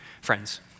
Friends